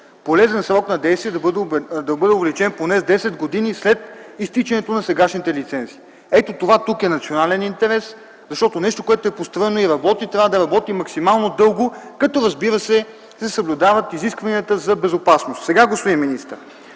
полезен срок на действие да бъде увеличен поне с 10 години след изтичането на сегашните лицензи. Ето това тук е национален интерес, защото нещо, което е построено и работи, трябва да работи максимално дълго, като, разбира се, се съблюдават изискванията за безопасност. Господин министър,